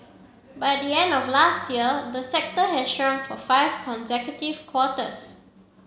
by the end of last year the sector had shrunk for five consecutive quarters